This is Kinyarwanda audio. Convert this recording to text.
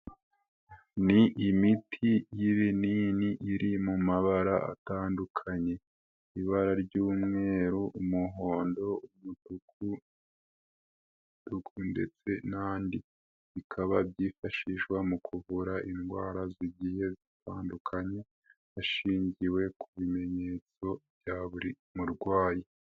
Ni imiti y'ibinini iri mu mabara atandukanye ibara ry'umweru, umuhondo, umutuku ndetse n'andi bikaba byifashishwa mu kuvura indwara zigiye zitandukanye hashingiwe ku bimenyetso bya buri murwayi.